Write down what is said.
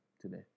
today